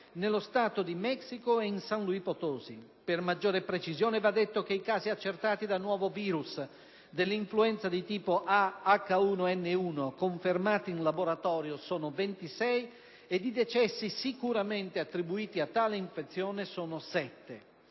nello Stato di Mexico e in San Luis Potosi. Per maggiore precisione, va detto che i casi accertati da nuovo virus dell'influenza di tipo A/H1N1, confermati in laboratorio, sono 26 ed i decessi sicuramente attribuiti a tale infezione sono 7.